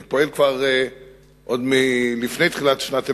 אני פועל כבר מלפני תחילת שנת הלימודים,